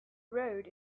road